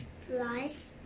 flies